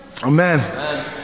Amen